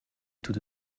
tout